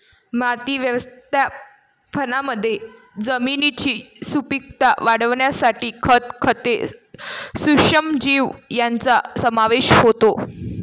माती व्यवस्थापनामध्ये जमिनीची सुपीकता वाढवण्यासाठी खत, खते, सूक्ष्मजीव यांचा समावेश होतो